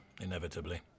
inevitably